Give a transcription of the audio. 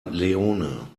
leone